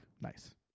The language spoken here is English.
Nice